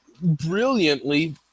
brilliantly